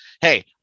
hey